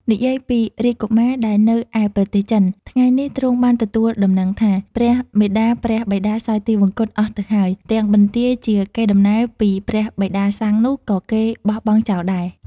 និយាយពីរាជកុមារដែលនៅឯប្រទេសចិន ថ្ងៃមួយទ្រង់បានទទួលដំណឹងថា ព្រះមាតាព្រះបិតាសោយទិវង្គតអស់ទៅហើយ ទាំងបន្ទាយជាកេរ្តិ៍ដំណែលពីព្រះបិតាសាងនោះ ក៏គេបោះបង់ចោលដែរ។